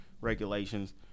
regulations